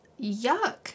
Yuck